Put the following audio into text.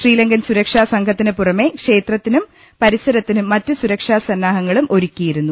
ശ്രീലങ്കൻ സുരക്ഷാ സംഘത്തിനുപുറമെ ക്ഷേത്രത്തിനും പരിസരത്തും മറ്റ് സുരക്ഷാസന്നാ ഹങ്ങളും ഒരുക്കിയിരുന്നു